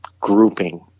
grouping